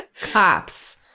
cops